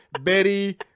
Betty